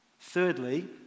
Thirdly